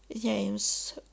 James